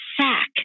sack